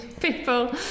people